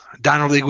Donald